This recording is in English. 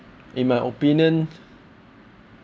in my opinion